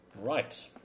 Right